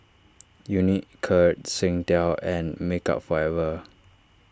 Unicurd Singtel and Makeup Forever